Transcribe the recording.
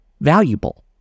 valuable